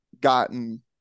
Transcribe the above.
gotten